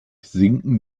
sinken